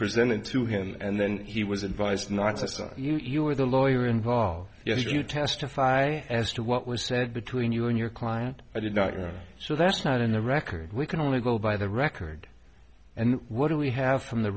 presented to him and then he was advised not to say you were the lawyer involved yet you testify as to what was said between you and your client i did not know so that's not in the record we can only go by the record and what do we have from the